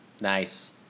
Nice